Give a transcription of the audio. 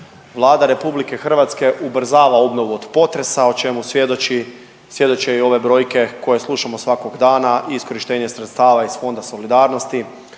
Vlada RH ubrzava obnovu od potresa, o čemu svjedoči, svjedoče i ove brojke koje slušamo svakog dana i iskorištenje sredstava iz Fonda solidarnosti,